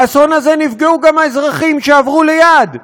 באסון הזה נפגעו גם האזרחים שעברו ליד,